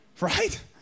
Right